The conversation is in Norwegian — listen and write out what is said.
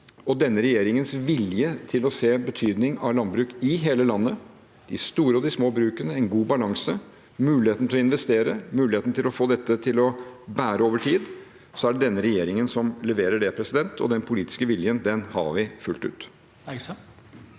og denne regjeringens vilje til å se betydningen av landbruk i hele landet, de store og de små brukene, en god balanse, muligheten til å investere, muligheten til å få dette til å bære over tid – da er det denne regjeringen som leverer det, og den politiske viljen har vi fullt ut.